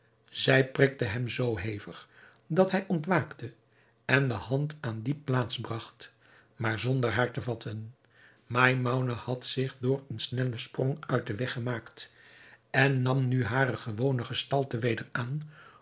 zij prikte hem zoo hevig dat hij ontwaakte en de hand aan die plaats bragt maar zonder haar te vatten maimoune had zich door een snellen sprong uit den weg gemaakt en nam nu hare gewone gestalte weder aan